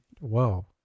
Whoa